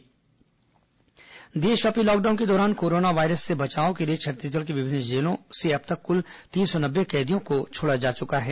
corona अंतरिम जमानत देशव्यापी लॉकडाउन के दौरान कोरोना वायरस से बचाव के लिए छत्तीसगढ़ की विभिन्न जेलों से अब तक कुल तीन सौ नब्बे कैदियों को छोड़ा जा चुका है